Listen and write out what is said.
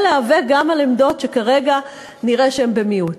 להיאבק גם על עמדות שכרגע נראה שהן במיעוט.